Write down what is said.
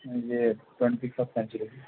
جی twenty first century کی